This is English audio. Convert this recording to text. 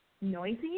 noisy